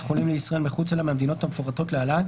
חולים לישראל מחוצה לה מהמדינות המפורטות להלן,